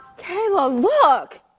kayla, look.